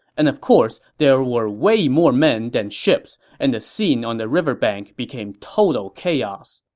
and of course there were way more men than ships, and the scene on the river bank became total chaos.